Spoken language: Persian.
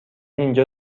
اینجا